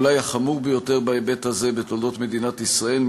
אולי החמור ביותר בהיבט הזה בתולדות מדינת ישראל.